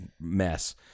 mess